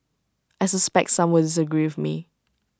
I suspect some will disagree with me